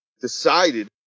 decided